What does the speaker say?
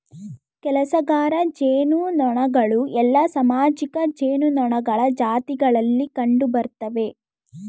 ಕೆಲಸಗಾರ ಜೇನುನೊಣಗಳು ಎಲ್ಲಾ ಸಾಮಾಜಿಕ ಜೇನುನೊಣಗಳ ಜಾತಿಗಳಲ್ಲಿ ಕಂಡುಬರ್ತ್ತವೆ